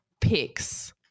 picks